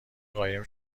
قایم